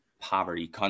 poverty